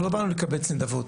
אנחנו לא באנו לקבץ נדבות.